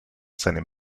seinem